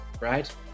right